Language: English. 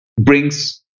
brings